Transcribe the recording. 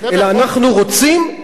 אלא אנחנו רוצים,